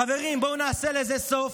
חברים, בואו נעשה לזה סוף.